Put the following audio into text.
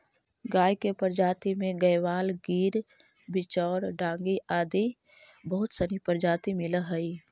गाय के प्रजाति में गयवाल, गिर, बिच्चौर, डांगी आदि बहुत सनी प्रजाति मिलऽ हइ